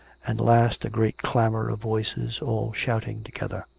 and last a great clamour of voices all shouting together.